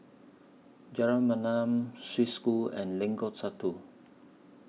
Jalan Mayaanam Swiss School and Lengkong Satu